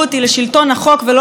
אנחנו מגעים לאותה תוצאה.